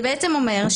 זה בעצם אומר,